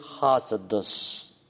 hazardous